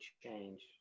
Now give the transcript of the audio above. change